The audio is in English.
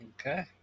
okay